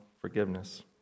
forgiveness